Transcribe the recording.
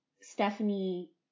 Stephanie